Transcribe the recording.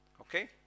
Okay